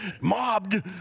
mobbed